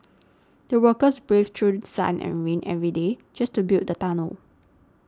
the workers braved through sun and rain every day just to build the tunnel